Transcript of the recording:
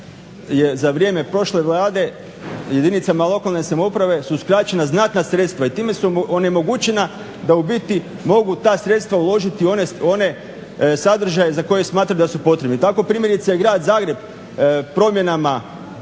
za vrijeme prošle Vlade jedinicama lokalne samouprave, su skraćena znatna sredstva i time su onemogućena da u biti mogu ta sredstva uložiti u one sadržaje za koje smatraju da su potrebni, tako primjerice je grad Zagreb promjenama